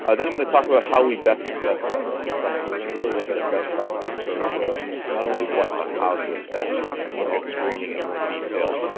ah then i'm gonna talk about how we best assess dyslexia. we're gonna really look at a best practice approach of not only what but how to assess and then look at screening in more detail.